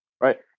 right